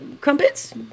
Crumpets